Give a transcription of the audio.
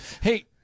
Hey